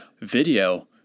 video